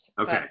okay